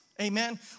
Amen